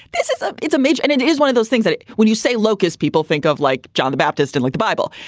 this is its image. and it is one of those things that when you say locust, people think of like john the baptist in like the bible,